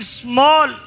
small